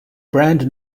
brand